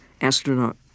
astronaut